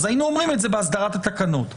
היינו אומרים את זה בהסדרת התקנות.